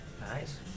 Nice